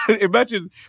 imagine